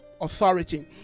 authority